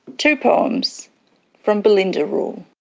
two poems from belinda rulelike